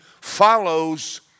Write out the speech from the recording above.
follows